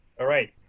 all right.